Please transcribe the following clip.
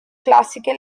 classical